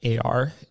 AR